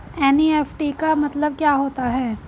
NEFT का मतलब क्या होता है?